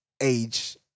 age